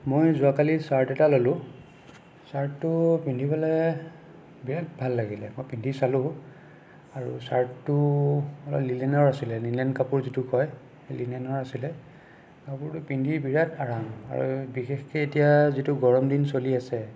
মই যোৱাকালি ছাৰ্ট এটা ললোঁ ছাৰ্টটো পিন্ধিবলৈ বিৰাট ভাল লাগিলে মই পিন্ধি চালোঁ আৰু চাৰ্টটো লিনেনৰ অছিলে লিনেন কাপোৰ যিটো কয় লিনেনৰ আছিলে কাপোৰটো পিন্ধি বিৰাট আৰাম আৰু বিশেষকৈ এতিয়া যিটো গৰম দিন চলি অছে